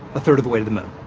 a third of the way to the moon.